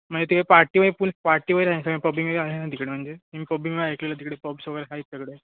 म्हणजे ते पार्टी म्हणजे फूल पार्टी वगैरे पाॅपिंग वगैरे आहे ना तिकडे म्हणजे मी पाॅपिंगबद्दल ऐकलेलं आहे तिकडे प्राॅप्स वगैरे आहेत सगळे